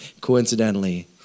coincidentally